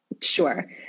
Sure